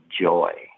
joy